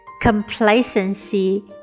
Complacency